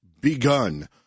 begun